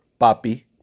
papi